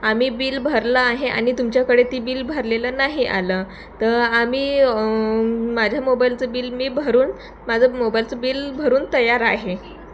आम्ही बिल भरलं आहे आणि तुमच्याकडे ती बिल भरलेलं नाही आलं तर आम्ही माझ्या मोबाईलचं बिल मी भरून माझं मोबाईलचं बिल भरून तयार आहे